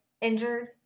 injured